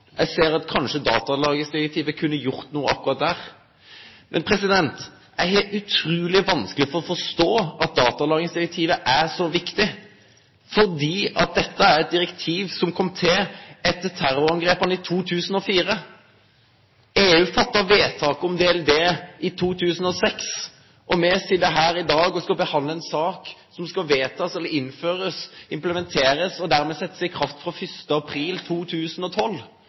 jeg har sett at kanskje datalagringsdirektivet kunne ha gjort noe akkurat der. Men jeg har utrolig vanskelig for å forstå at datalagringsdirektivet er så viktig, fordi dette er et direktiv som kom til etter terrorangrepene i 2004. EU fattet vedtak om datalagringsdirektivet i 2006. Vi sitter her i dag og skal behandle en sak som skal vedtas eller innføres, implementeres, og dermed settes i kraft fra 1. april 2012,